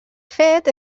fet